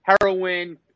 heroin